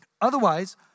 Otherwise